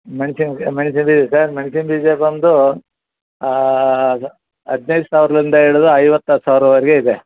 ಮೆಣ್ಸಿನ ಮೆಣ್ಸಿನ ಬೀಜ ಸರ್ ಮೆಣ್ಸಿನ ಬೀಜ ಬಂದು ಅದು ಹದಿನೈದು ಸಾವಿರದಿಂದ ಹಿಡಿದು ಐವತ್ತು ಸಾವಿರದ್ವರ್ಗೆ ಇದೆ